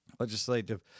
Legislative